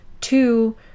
Two